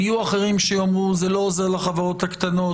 יהיו אחרים שיאמרו: זה לא עוזר לחברות הקטנות,